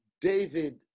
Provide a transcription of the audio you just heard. david